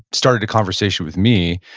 started a conversation with me,